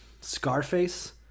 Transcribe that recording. Scarface